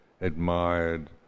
admired